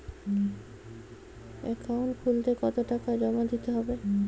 Account খুলতে কতো টাকা জমা দিতে হবে?